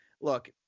look